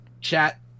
chat